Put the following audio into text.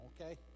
Okay